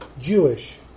Jewish